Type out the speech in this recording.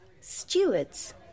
stewards